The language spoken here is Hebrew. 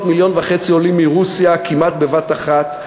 מיליון וחצי עולים מרוסיה כמעט בבת-אחת,